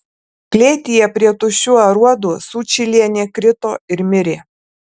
klėtyje prie tuščių aruodų sučylienė krito ir mirė